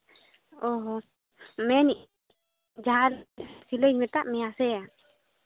ᱚ ᱦᱚᱸ ᱢᱮᱱᱮᱫ ᱟᱹᱧ ᱡᱟᱦᱟᱸ ᱥᱤᱞᱟᱹᱭ ᱤᱧ ᱢᱮᱛᱟᱫ ᱢᱮᱭᱟ ᱥᱮ